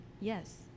Yes